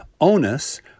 onus